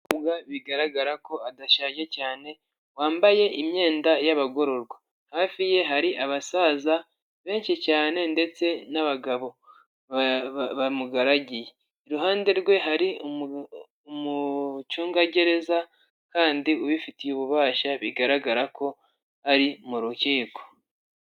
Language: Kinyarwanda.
Umugororwa bigaragara ko adashaje cyane, wambaye imyenda y'abagororwa. Hafi ye hari abasaza benshi cyane ndetse n'abagabo bamugaragiye. Iruhande rwe hari umucungagereza kandi ubifitiye ububasha, bigaragara ko ari mu rukiko.